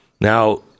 Now